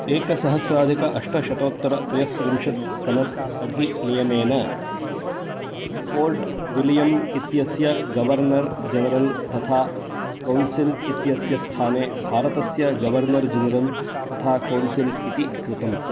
एकसहस्राधिकं अष्टशतोत्तरत्रयस्त्रिंशत् सनद् अधिनियमेन फ़ोर्ट् विलियम् इत्यस्य गवर्नर् जनरल् तथा कौन्सिल् इत्यस्य स्थाने भारतस्य गवर्नर् जन्रल् तथा कौन्सिल् इति कृतम्